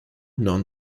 non